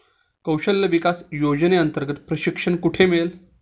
कौशल्य विकास योजनेअंतर्गत प्रशिक्षण कुठे मिळेल?